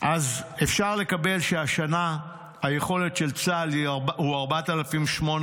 אפשר לקבל שהשנה היכולת של צה"ל היא 4,800,